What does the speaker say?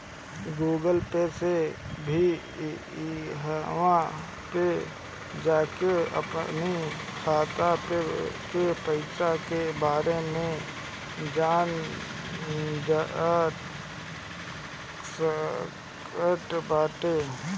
Google Pay से भी इहवा पे जाके अपनी खाता के पईसा के बारे में जानल जा सकट बाटे